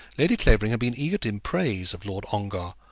lady clavering had been eager in praise of lord ongar,